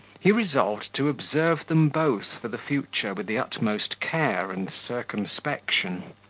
he resolved to observe them both for the future with the utmost care and circumspection.